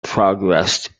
progressed